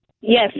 Yes